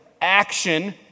Action